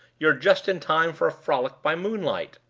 you're just in time for a frolic by moonlight!